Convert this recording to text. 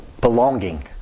Belonging